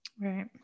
Right